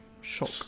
Shock